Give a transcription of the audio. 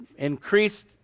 Increased